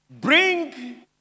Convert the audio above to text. Bring